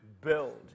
build